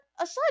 aside